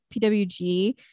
pwg